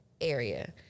area